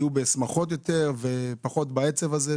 האלה יהיו בשמחות יותר ופחות בעצב הזה,